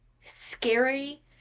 scary